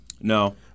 No